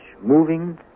moving